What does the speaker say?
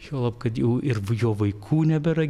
juolab kad jau ir jo vaikų nebėra